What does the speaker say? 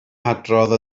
hadrodd